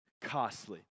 costly